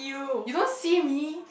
you don't see me